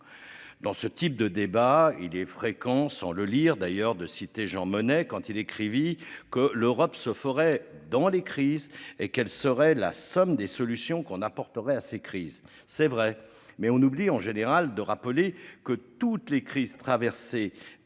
dans ce type de débat et les fréquences sans le lire d'ailleurs de citer Jean Monnet quand il écrivit que l'Europe se ferait dans les crises et quelle serait la somme des solutions qu'on apporterait à ces crises, c'est vrai, mais on oublie en général de rappeler que toutes les crises traversées